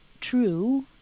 true